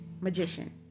magician